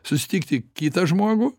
susitikti kitą žmogų